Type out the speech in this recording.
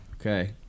Okay